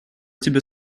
тебе